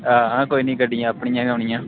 हां कोई नी गड्डियां अपनियां गै होनियां